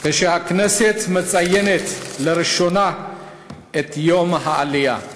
כשהכנסת מציינת לראשונה את יום העלייה.